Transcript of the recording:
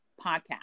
podcast